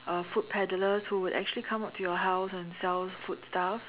uh food peddlers that would come up to your house and sell food stuff